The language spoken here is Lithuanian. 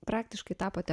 praktiškai tapote